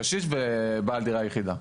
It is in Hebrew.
קשיש ובעל דירה יחידה.